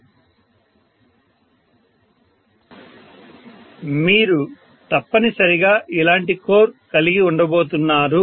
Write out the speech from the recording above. professor మీరు తప్పనిసరిగా ఇలాంటి కోర్ కలిగి ఉండబోతున్నారు